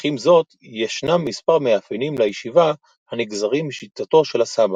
אך עם זאת ישנם מספר מאפיינים לישיבה הנגזרים משיטתו של הסבא